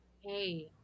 hey